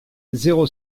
zéro